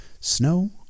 Snow